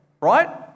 right